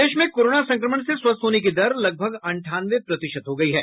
प्रदेश में कोरोना संक्रमण से स्वस्थ होने की दर लगभग अंठानवे प्रतिशत हो गई है